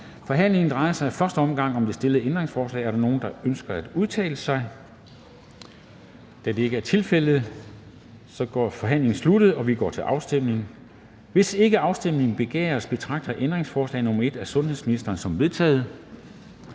Forhandlingen drejer sig i første omgang om det stillede ændringsforslag. Er der nogen, der ønsker at udtale sig? Da det ikke er tilfældet, er forhandlingen sluttet, og vi går til afstemning. Kl. 10:09 Afstemning Formanden (Henrik Dam Kristensen): Hvis ikke afstemning begæres, betragter jeg ændringsforslag nr. 1 af sundhedsministeren, som vedtaget.